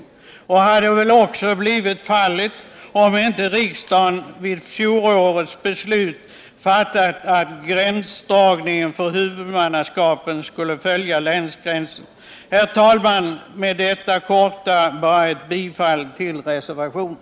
Ett gemensamt huvudmannaskap hade säkerligen också kommit till stånd, om inte riksdagen i fjol hade beslutat att gränsdragningen för huvudmannaskapet skulle följa länsgränserna. Herr talman! Med dessa få ord ber jag att få yrka bifall till reservationen.